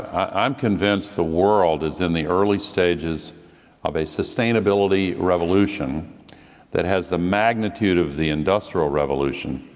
i am convinced the world is in the early stages of a sustainability revolution that has the magnitude of the industrial revolution,